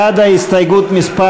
בעד הסתייגות מס'